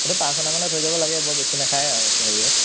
সেইটো পাঁচ অনামানত হৈ যাব লাগে বৰ বেছি নাখায় হেৰিয়ত